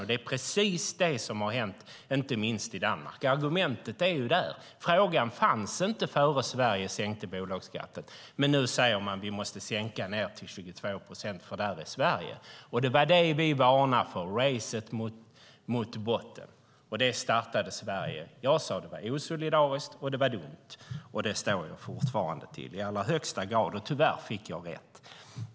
Det är precis det som har hänt, inte minst i Danmark. Argumentet finns där! Frågan fanns inte innan Sverige sänkte bolagsskatten, men nu säger de att de måste sänka till 22 procent, eftersom Sverige är där. Det var det vi varnade för: racet mot botten. Det startade Sverige. Jag sade att det var osolidariskt och dumt, och det står jag fortfarande för i allra högsta grad. Tyvärr fick jag rätt.